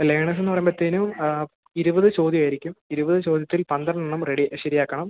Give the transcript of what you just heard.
ലേണേഴ്സെന്ന് പറയുമ്പോഴത്തെന് ഇരുപത് ചോദ്യമായിരിക്കും ഇരുപത് ചോദ്യത്തിൽ പന്ത്രണ്ട് എണ്ണം റെഡി ശരിയാക്കണം